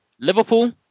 Liverpool